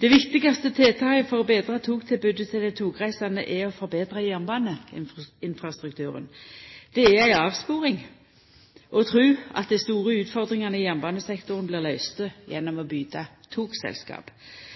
Det viktigaste tiltaket for å betra togtilbodet til dei togreisande er å forbetra jernbaneinfrastrukturen. Det er ei avsporing å tru at dei store utfordringane i jernbanesektoren blir løyste gjennom å